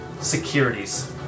Securities